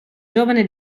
giovane